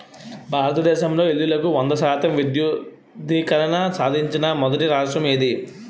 భారతదేశంలో ఇల్లులకు వంద శాతం విద్యుద్దీకరణ సాధించిన మొదటి రాష్ట్రం ఏది?